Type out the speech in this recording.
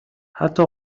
حتی